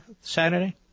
Saturday